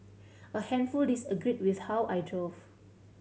a handful disagreed with how I drove